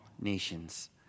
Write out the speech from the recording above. nations